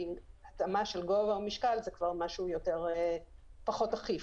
התאמה של גובה או משקל, זה כבר משהו פחות אכיף.